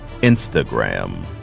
Instagram